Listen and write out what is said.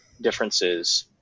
differences